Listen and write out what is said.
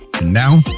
Now